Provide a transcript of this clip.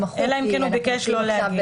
אלא אם כן הוא ביקש לא להגיע.